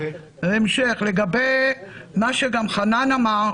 לגבי מה שחנן אמר,